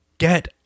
Get